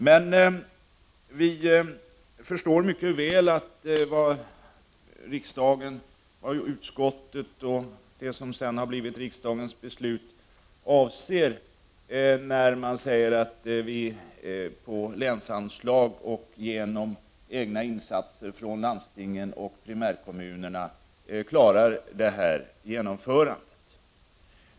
Men vi förstår mycket väl vad utskottet — och riksdagen — avser när man säger att vi på länsanslag och genom egna insatser från landstingen och primärkommunerna klarar genomförandet av detta projekt.